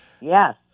yes